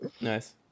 Nice